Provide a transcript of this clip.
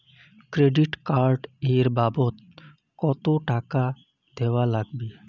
Credit card এর বাবদ কতো টাকা দেওয়া লাগবে?